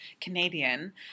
Canadian